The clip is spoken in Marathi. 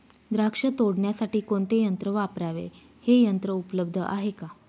द्राक्ष तोडण्यासाठी कोणते यंत्र वापरावे? हे यंत्र उपलब्ध आहे का?